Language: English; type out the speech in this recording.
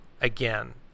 again